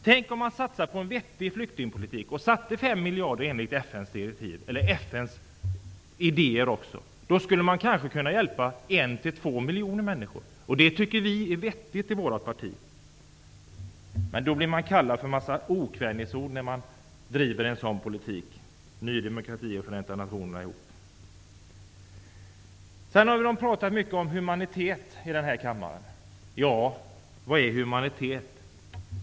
Tänk om man satsade på en vettig flyktingpolitik och avsatte 5 miljarder enligt FN:s idéer! Då skulle man kanske kunna hjälpa 1--2 miljoner människor. Vi i vårt parti tycker att det är vettigt. Men vi blir överösta med en massa okvädinsord när vi driver en sådan politik, Ny demokrati och Förenta nationerna ihop. Det har pratats mycket om humanitet i den här kammaren. Ja, vad är humanitet?